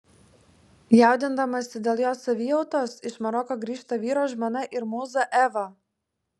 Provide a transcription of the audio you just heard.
jaudindamasi dėl jo savijautos iš maroko grįžta vyro žmona ir mūza eva